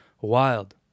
Wild